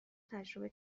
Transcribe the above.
تجربه